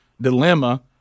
dilemma